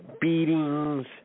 beatings